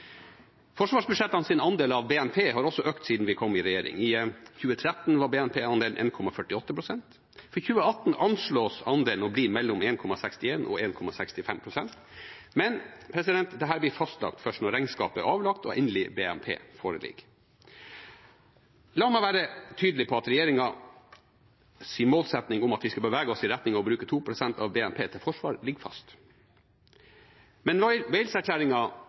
andel av BNP har også økt siden vi kom i regjering. I 2013 var BNP-andelen 1,48 pst. For 2018 anslås andelen å bli mellom 1,61 pst. og 1,65 pst., men dette blir fastlagt først når regnskapet er avlagt og endelig BNP foreligger. La meg være tydelig på at regjeringens målsetting om at vi skal bevege oss i retning av å bruke 2 pst. av BNP til forsvar, ligger fast. Men